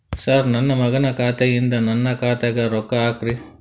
sir ನನ್ನ ಮಗನ ಖಾತೆ ಯಿಂದ ನನ್ನ ಖಾತೆಗ ರೊಕ್ಕಾ ಹಾಕ್ರಿ